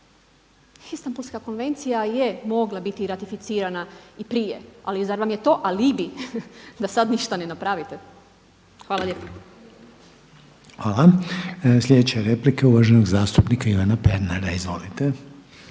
Istambulska konvencija je mogla biti ratificirana i prije, ali zar vam je to alibi da sada ništa ne napravite? Hvala lijepo. **Reiner, Željko (HDZ)** Hvala. Sljedeća replika je uvaženog zastupnika Ivana Pernara. Izvolite.